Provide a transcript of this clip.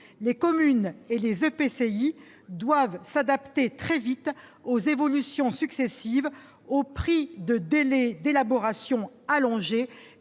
intercommunale, doivent s'adapter très vite aux évolutions successives, au prix de délais d'élaboration allongés